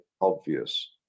obvious